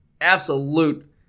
absolute